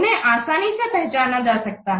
उन्हें आसानी से पहचाना जा सकता है